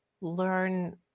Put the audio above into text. learn